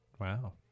wow